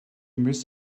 miss